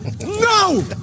No